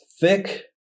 thick